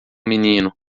menino